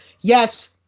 Yes